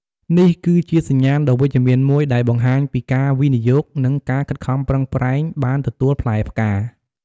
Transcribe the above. នេះគឺជាសញ្ញាណដ៏វិជ្ជមានមួយដែលបង្ហាញថាការវិនិយោគ និងការខិតខំប្រឹងប្រែងបានទទួលផ្លែផ្កា។